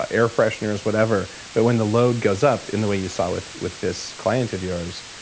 ah air-fresheners, whatever but when the load goes up in the way you saw with with this client of yours,